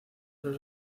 los